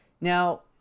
Now